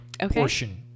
portion